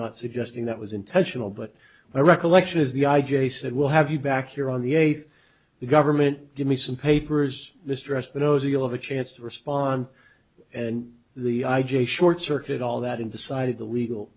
not suggesting that was intentional but my recollection is the i j a said we'll have you back here on the eighth the government give me some papers this dress but those you'll have a chance to respond and the i j a short circuit all that and decided the legal